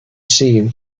seen